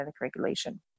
regulation